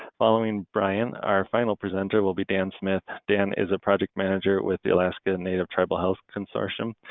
following bryan, our final presenter will be dan smith. dan is a project manager with the alaska and native tribal health consortium,